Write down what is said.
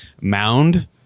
mound